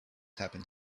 happened